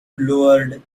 lowered